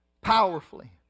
powerfully